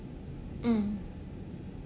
mm